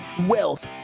wealth